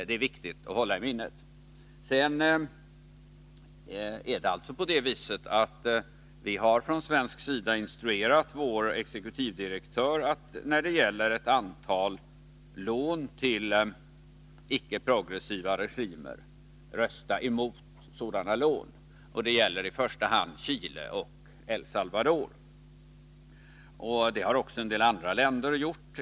Det är viktigt att hålla i minnet. Vidare har vi från svensk sida instruerat vår exekutivdirektör att rösta emot ett antal lån till icke progressiva länder, i första hand till Chile och El Salvador. Det har också en del andra länder gjort.